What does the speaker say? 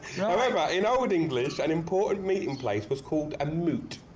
however in old english an important meeting place was called a moot,